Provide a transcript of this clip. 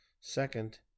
Second